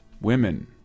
women